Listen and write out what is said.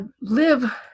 live